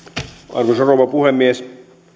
arvoisa rouva puhemies